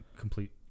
complete